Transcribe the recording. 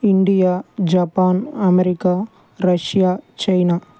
India Japan America Russia China